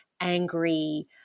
angry